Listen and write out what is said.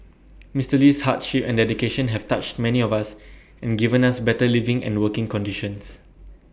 Mister Lee's hard ship and dedication have touched many of us and given us better living and working conditions